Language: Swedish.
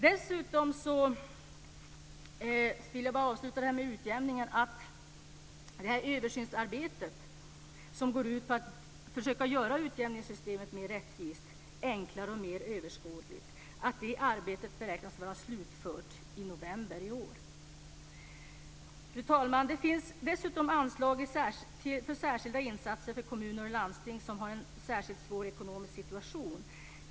Dessutom vill jag säga att det översynsarbete som går ut på att försöka göra utjämningssystemet mer rättvist, enklare och mer överskådligt beräknas vara slutfört i november i år. Fru talman! Det finns dessutom ett anslag för särskilda insatser för kommuner och landsting som har en särskilt svår ekonomisk situation.